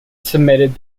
submitted